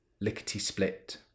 lickety-split